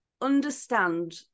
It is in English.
understand